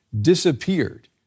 disappeared